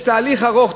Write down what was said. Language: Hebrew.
יש תהליך ארוך,